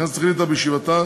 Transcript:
הכנסת החליטה בישיבתה